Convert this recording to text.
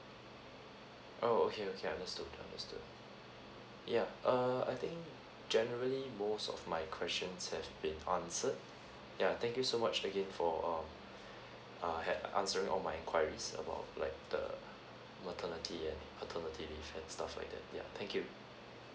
oh okay okay understood understood yeah err I think generally most of my questions have been answered yeah thank you so much again for uh err had answering all my enquiries about like the maternity and paternity leave and stuff like that yeah thank you okay thank you